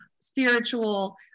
spiritual